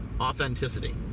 authenticity